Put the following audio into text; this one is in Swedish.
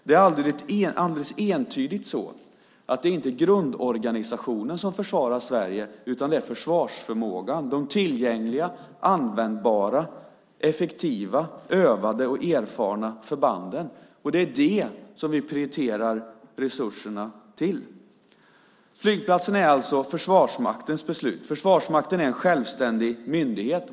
Det är alldeles entydigt så att det inte är grundorganisationen som försvarar Sverige, utan det är försvarsförmågan, de tillgängliga, användbara, effektiva, övade och erfarna förbanden, och det är det som vi prioriterar resurserna till. Flygplatsen är alltså Försvarsmaktens beslut. Försvarsmakten är en självständig myndighet.